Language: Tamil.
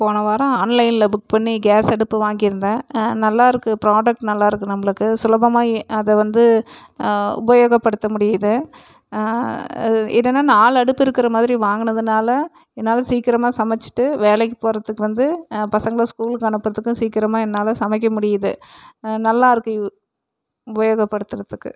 போன வாரம் ஆன்லைனில் புக் பண்ணி கேஸ் அடுப்பு வாங்கிருந்தேன் நல்லாருக்கு புராடெக்ட் நல்லாருக்கு நம்புளுக்கு சுலபமாக அதை வந்து உபயோகப்படுத்த முடியுது என்னனா நாலடுப்பு இருக்குற மாரி வாங்குனதுனால என்னால் சீக்கரமாக சமைச்சிட்டு வேலைக்கி போகறதுக்கு வந்து பசங்களை ஸ்கூலுக்கு அனுப்புறதுக்கு சீக்கரமாக என்னால் சமைக்க முடியுது நல்லாருக்கு உபயோகப்படுத்துறதுக்கு